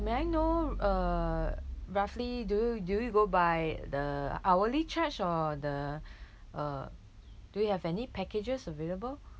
may I know err roughly do you do you go by the hourly charge or the uh do you have any packages available